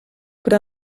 però